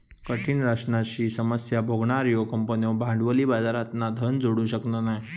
कठीण राशनाची समस्या भोगणार्यो कंपन्यो भांडवली बाजारातना धन जोडू शकना नाय